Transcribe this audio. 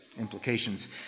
implications